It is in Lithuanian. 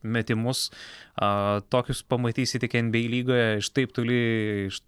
metimus a tokius pamatysi tik nba lygoje iš taip toli iš